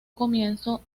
comienzo